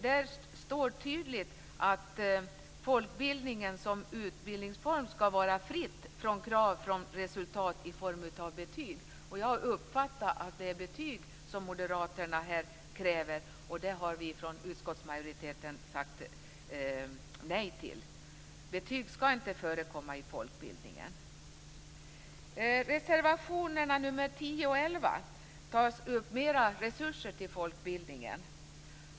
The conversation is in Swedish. Det står tydligt att folkbildningen som utbildningsform skall vara fri från krav på resultat i form av betyg. Jag uppfattar att det är betyg som Moderaterna här kräver, och det har vi från utskottsmajoriteten sagt nej till. Betyg skall inte förekomma i folkbildningen. I reservationerna nr 10 och 11 föreslås mera resurser till folkbildningen.